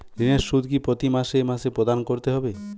ঋণের সুদ কি প্রতি মাসে মাসে প্রদান করতে হবে?